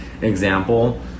example